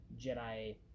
Jedi